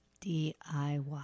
DIY